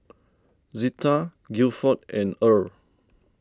Zetta Gilford and Earle